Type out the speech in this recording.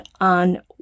on